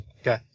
okay